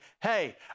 hey